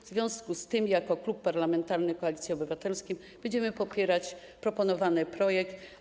W związku z tym jako Klub Parlamentarny Koalicja Obywatelska będziemy popierać proponowany projekt.